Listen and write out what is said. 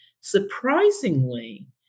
Surprisingly